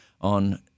on